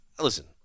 Listen